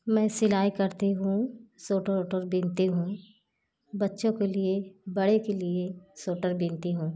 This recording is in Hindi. मैं सिलाई करती हूँ सोटर ओटर बुनती हूँ बच्चों के लिए बड़े के लिए सोटर बुनती हूँ